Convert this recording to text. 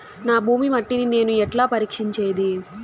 నా భూమి మట్టిని నేను ఎట్లా పరీక్షించేది?